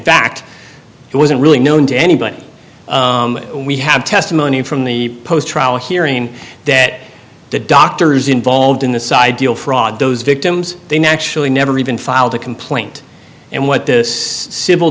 fact it wasn't really known to anybody we have testimony from the post trial hearing that the doctors involved in the side deal fraud those victims they actually never even filed a complaint and what this civil